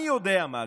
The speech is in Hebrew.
אני יודע מה הכוונות,